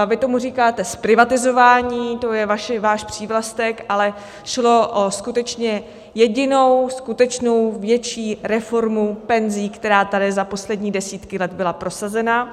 Vy tomu říkáte zprivatizování, to je váš přívlastek, ale šlo o skutečně jedinou skutečnou větší reformu penzí, která tady za poslední desítky byla posazena.